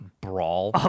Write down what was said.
brawl